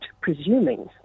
presuming